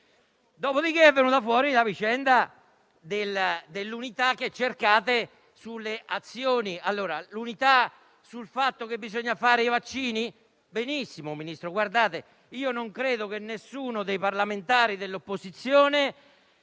Dopo è venuta fuori la vicenda dell'unità che cercate sulle azioni e sul fatto che bisogna fare i vaccini. Benissimo, Ministro, credo che nessuno dei parlamentari dell'opposizione